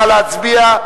נא להצביע.